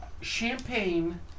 champagne